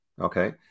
Okay